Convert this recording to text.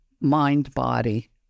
mind-body